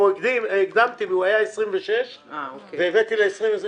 אני הקדמתי את זה מ-2026 ל-2022.